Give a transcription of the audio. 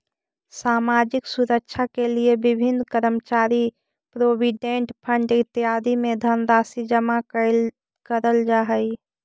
सामाजिक सुरक्षा के लिए विभिन्न कर्मचारी प्रोविडेंट फंड इत्यादि में धनराशि जमा करल जा हई